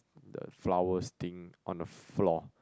the flowers thing on the floor